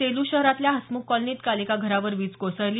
सेलू शहरातल्या हसमुख कॉलनीत काल एका घरावर वीज कोसळली